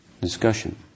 discussion